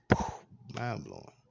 mind-blowing